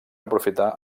aprofitar